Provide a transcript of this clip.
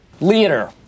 Leader